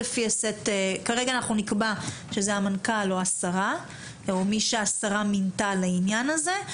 כרגע אנחנו נקבע שזה המנכ"ל או השרה או מי שהשרה מינתה לעניין הזה.